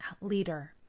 leader